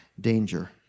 danger